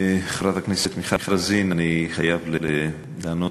חברת הכנסת מיכל רוזין, אני חייב לענות.